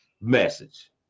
Message